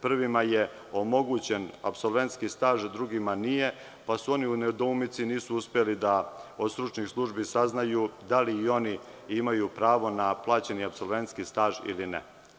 Prvima je omogućen apsolventski staž, a drugima nije, pa su oni u nedoumici, a nisu uspeli od stručnih službi da saznaju da li i oni imaju pravo na plaćeni apsolventski staž ili ne.